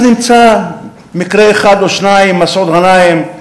אז נמצא מקרה אחד או שניים, מסעוד גנאים,